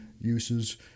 uses